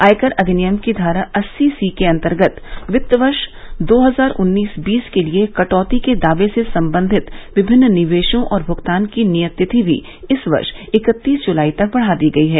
आयकर अधिनियम की धारा अस्सी सी के अंतर्गत वित्त वर्ष दो हजार उन्नीस बीस के लिए कटौती के दावे से संबंधित विभिन्न निवेशों और भुगतान करने की नियत तिथि भी इस वर्ष इकत्तीस जुलाई तक बढ़ा दी गई है